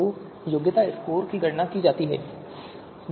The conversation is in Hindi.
तो योग्यता स्कोर की गणना की जानी चाहिए